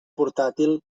portàtil